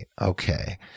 Okay